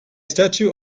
statue